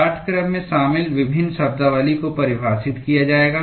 पाठ्यक्रम में शामिल विभिन्न शब्दावली को परिभाषित किया जाएगा